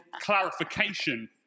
clarification